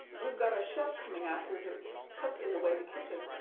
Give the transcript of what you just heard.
we've got a chef coming out here to cook in the wendy kitchen.